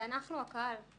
ואנחנו הקהל.